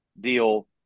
deal